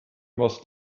must